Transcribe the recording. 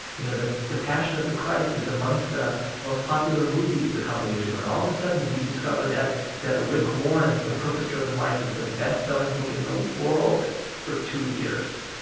you know, the the passion of the christ is amongst the most popular movies a couple of years ago. and all of a sudden, we discovered that that rick warren's the purpose-driven life is the best-selling book in the world for two years.